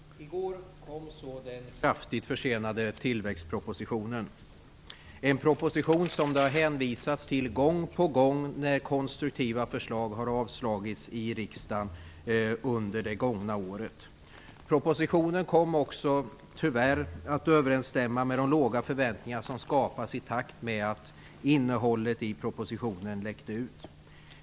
Fru talman! I går kom så den kraftigt försenade tillväxtpropositionen. Det är en proposition som det har hänvisats till gång på gång när konstruktiva förslag har avslagits i riksdagen under det gångna året. Propositionen kom också, tyvärr, att överensstämma med de låga förväntningar som skapats i takt med att innehållet i propositionen läckte ut.